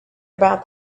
about